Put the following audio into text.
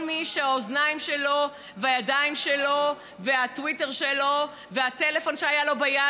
כל מי שהאוזניים שלו והידיים שלו והטוויטר שלו והטלפון שהיה לו ביד,